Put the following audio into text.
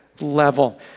level